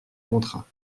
contrats